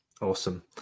awesome